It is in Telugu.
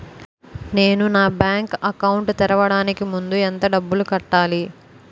నేను నా బ్యాంక్ అకౌంట్ తెరవడానికి ముందు ఎంత డబ్బులు కట్టాలి?